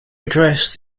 addressed